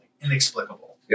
Inexplicable